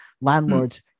landlords